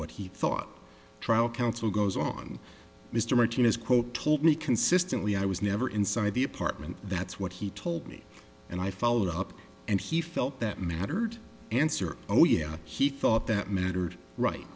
what he thought trial counsel goes on mr martinez quote told me consistently i was never inside the apartment that's what he told me and i followed up and he felt that mattered answer oh yeah he thought that mattered right